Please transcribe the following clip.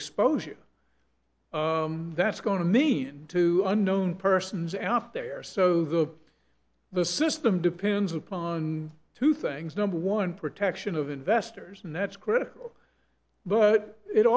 exposure that's going to mean to unknown persons aft there so the the system depends upon two things number one protection of investors and that's critical but it